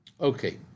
Okay